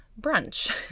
brunch